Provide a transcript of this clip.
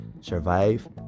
survive